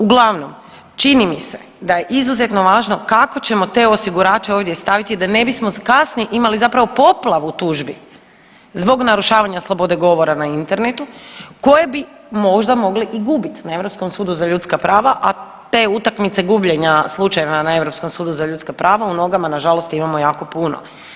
Uglavnom čini mi se da je izuzetno važno kako ćemo te osigurače ovdje staviti, da ne bismo kasnije imali zapravo poplavu tužbi zbog narušavanja slobode govora na internetu koje bi možda mogle i gubiti na Europskom sudu za ljudska prava, a te utakmice gubljenja slučajeva na Europskom sudu za ljudska prava u nogama nažalost imamo jako puno.